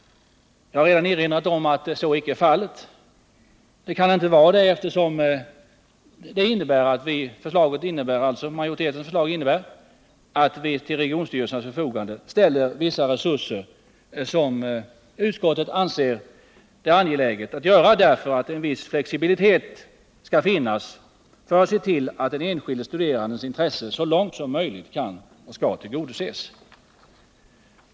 Jag har redan erinrat om att så icke är fallet. Det kan inte vara det, eftersom majoritetens förslag innebär att vi till regionstyrelsens förfogande ställer vissa resurser som utskottet anser det angeläget att göra, för att en viss flexibilitet skall finnas och för att se till att den studerandes intressen så långt möjligt tillgodoses.